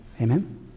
Amen